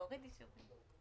להוריד יישובים?